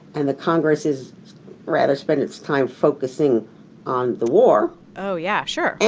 and the congress is rather spend its time focusing on the war. oh, yeah. sure.